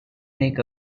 make